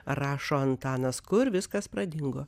rašo antanas kur viskas pradingo